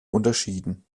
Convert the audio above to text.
unterschieden